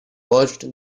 watched